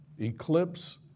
eclipse